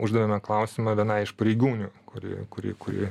uždavėme klausimą vienai iš pareigūnių kuri kuri kuri